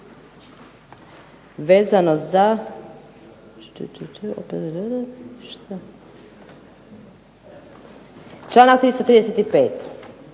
vezano za članak 335.,